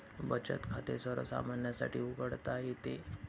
बचत खाते सर्वसामान्यांसाठी उघडता येते